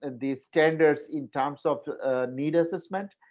and these standards in times of need assessment,